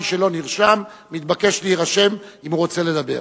מי שלא נרשם מתבקש להירשם, אם הוא רוצה לדבר.